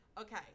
Okay